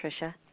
Tricia